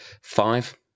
Five